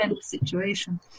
situation